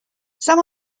some